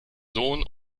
sohn